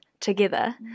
together